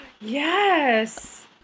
Yes